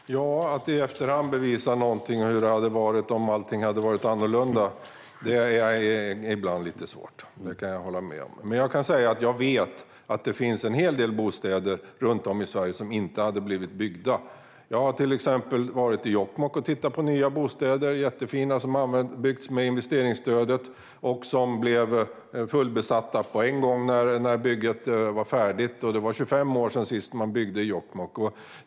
Fru talman! Att i efterhand bevisa hur det hade varit om allting hade varit annorlunda är ibland lite svårt. Men jag kan säga att jag vet att det finns en hel del bostäder runt om i Sverige som inte hade blivit byggda utan investeringsstöd. Jag har till exempel varit i Jokkmokk och tittat på nya bostäder, jättefina, som har byggts med hjälp av investeringsstödet och som blev fullbokade på en gång när bygget var färdigt. Det var 25 år sedan man senast byggde i Jokkmokk.